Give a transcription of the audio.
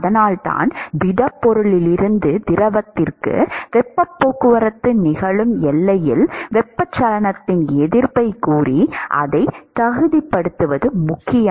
அதனால்தான் திடப்பொருளிலிருந்து திரவத்திற்கு வெப்பப் போக்குவரத்து நிகழும் எல்லையில் வெப்பச்சலனத்தின் எதிர்ப்பைக் கூறி அதைத் தகுதிப்படுத்துவது முக்கியம்